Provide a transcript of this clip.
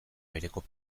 bereko